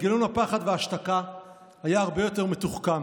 מנגנון הפחד וההשתקה היה הרבה יותר מתוחכם.